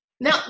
Now